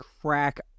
crack